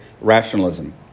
rationalism